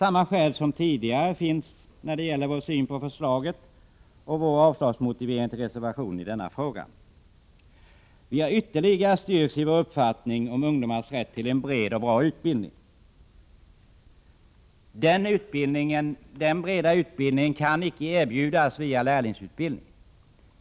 Beträffande förslaget och motiveringen för avslag på reservationen framförs samma skäl som tidigare. Vi har ytterligare stärkts i vår uppfattning att ungdomarna bör ha rätt till en bra och bred utbildning. Men det kan inte erbjudas någon bred utbildning genom lärlingsutbildning.